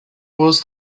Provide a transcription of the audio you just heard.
was